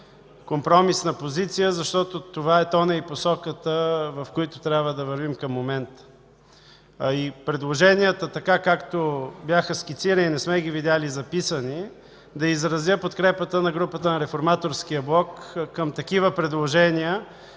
компромисна позиция, защото това са тонът и посоката, в която трябва да вървим към момента. Предложенията, както бяха скицирани, не сме ги видели записани – да изразя подкрепата на групата на Реформаторския блок към такива предложения